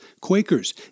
Quakers